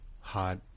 hot